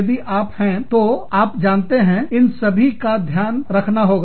यदि आप हैं तो आप जानते हैं इन सभी का ध्यान रखना होगा